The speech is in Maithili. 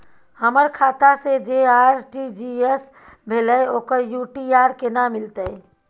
हमर खाता से जे आर.टी.जी एस भेलै ओकर यू.टी.आर केना मिलतै?